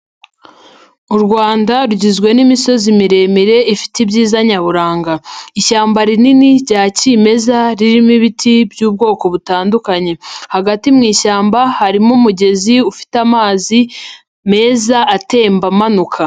U Rwanda rugizwe n'imisozi miremire, ifite ibyiza nyaburanga. Ishyamba rinini rya kimeza, ririmo ibiti by'ubwoko butandukanye. Hagati mu ishyamba harimo umugezi ufite amazi meza atemba amanuka.